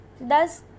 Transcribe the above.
Thus